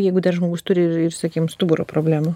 jeigu dar žmogus turi ir ir sakim stuburo problemų